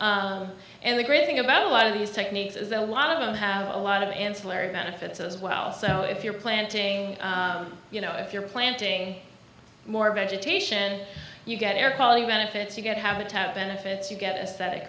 runoff and the great thing about a lot of these techniques is a lot of them have a lot of ancillary benefits as well so if you're planting you know if you're planting more vegetation you get air quality benefits you get habitat benefits you get a